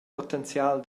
potenzial